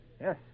Yes